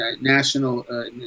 national